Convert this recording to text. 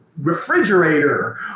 refrigerator